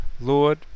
Lord